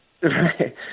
Right